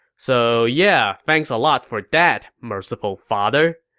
so yeah, thanks a lot for that, merciful father.